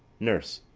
nurse.